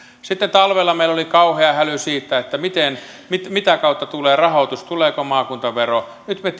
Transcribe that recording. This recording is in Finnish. sitten talvella meillä oli kauhea häly siitä mitä kautta tulee rahoitus tuleeko maakuntavero nyt me